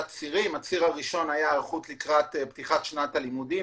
צירים: הציר הראשון היה היערכות לקראת פתיחת שנת הלימודים.